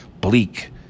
bleak